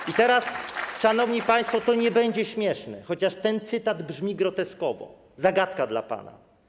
I teraz, szanowni państwo - to nie będzie śmieszne, chociaż ten cytat brzmi groteskowo - zagadka dla pana: